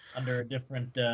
under a different